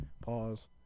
pause